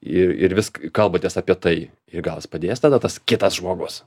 ir ir vis kalbatės apie tai ir gal jis padės tada tas kitas žmogus